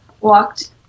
walked